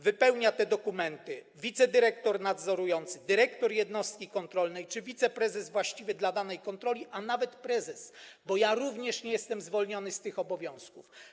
Wypełnia te dokumenty wicedyrektor nadzorujący, dyrektor jednostki kontrolnej czy wiceprezes właściwy dla danej kontroli, a nawet prezes, bo ja również nie jestem zwolniony z tych obowiązków.